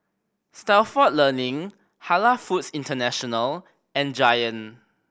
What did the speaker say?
Stalford Learning Halal Foods International and Giant